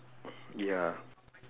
ya